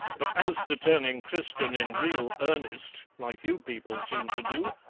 but as to turning christian in real earnest, like you people seem to do,